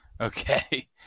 Okay